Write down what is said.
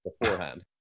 beforehand